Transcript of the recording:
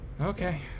Okay